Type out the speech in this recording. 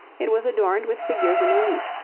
it was adorned with figures in relief,